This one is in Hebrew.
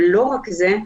ולא רק זה,